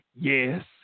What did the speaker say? Yes